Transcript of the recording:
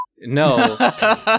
No